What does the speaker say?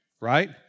Right